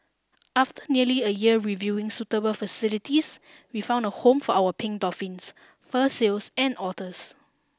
after nearly a year reviewing suitable facilities we found a home for our pink dolphins fur seals and otters